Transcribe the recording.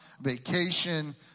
vacation